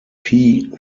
theorem